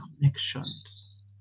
connections